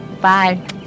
Bye